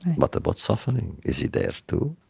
but about suffering? is he there too?